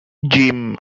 gym